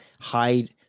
hide